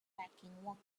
backing